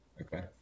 Okay